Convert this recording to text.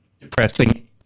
depressing